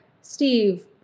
Steve